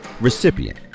recipient